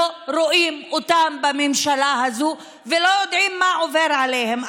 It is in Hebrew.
לא רואים אותם בממשלה הזאת ולא יודעים מה עובר עליהם.